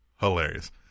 hilarious